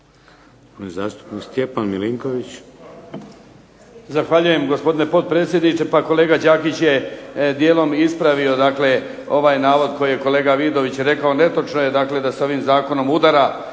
zastupnik Stjepan Milinković.